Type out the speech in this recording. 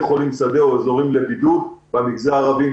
חולים שדה או אזורים לבידוד במגזר הערבי,